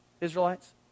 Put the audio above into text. Israelites